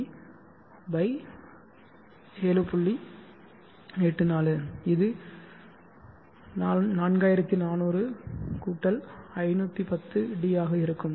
84 இது 4400 510d ஆக இருக்கும்